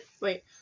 Wait